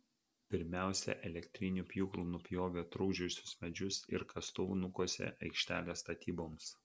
pirmiausia elektriniu pjūklu nupjovė trukdžiusius medžius ir kastuvu nukasė aikštelę statyboms